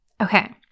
Okay